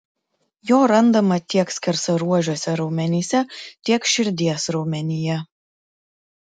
jo randama tiek skersaruožiuose raumenyse tiek širdies raumenyje